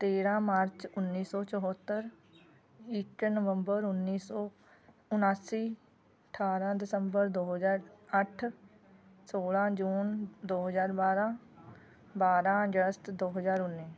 ਤੇਰਾਂ ਮਾਰਚ ਉੱਨੀ ਸੌ ਚੁਹੱਤਰ ਇੱਕ ਨਵੰਬਰ ਉੱਨੀ ਸੌ ਉਣਾਸੀ ਅਠਾਰਾਂ ਦਸੰਬਰ ਦੋ ਹਜ਼ਾਰ ਅੱਠ ਸੋਲਾਂ ਜੂਨ ਦੋ ਹਜ਼ਾਰ ਬਾਰਾਂ ਬਾਰਾਂ ਅਗਸਤ ਦੋ ਹਜ਼ਾਰ ਉੱਨੀ